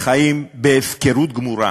חיים בהפקרות גמורה,